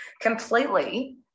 completely